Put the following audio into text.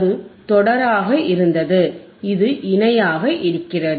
அது தொடராக இருந்தது இது இணையாக இருக்கிறது